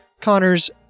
Connor's